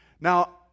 Now